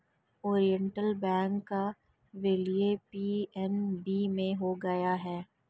Oriental Bank का विलय PNB में हो गया है